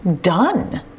done